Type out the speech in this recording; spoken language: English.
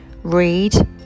read